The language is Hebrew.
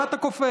מה אתה קופץ?